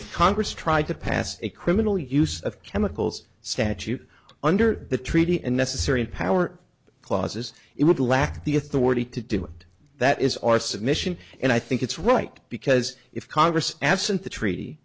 if congress tried to pass a criminal use of chemicals statute under the treaty and necessary in power clauses it would lack the authority to do and that is our submission and i think it's right because if congress absent the treaty